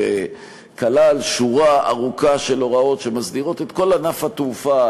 שכלל שורה ארוכה של הוראות שמסדירות את כל ענף התעופה,